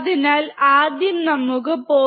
അതിനാൽ ആദ്യം നമുക്ക് 0